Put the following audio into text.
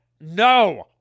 no